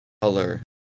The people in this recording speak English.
color